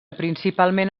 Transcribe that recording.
principalment